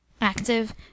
active